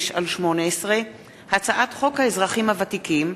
האשה (תיקון,